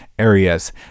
Areas